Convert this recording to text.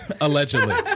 allegedly